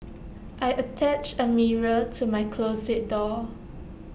I attached A mirror to my closet door